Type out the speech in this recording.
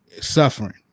suffering